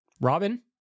Robin